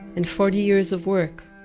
and forty years of work.